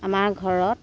আমাৰ ঘৰত